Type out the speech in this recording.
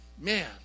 man